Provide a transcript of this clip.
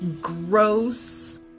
gross